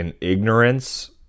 ignorance